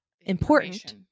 important